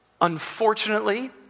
Unfortunately